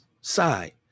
side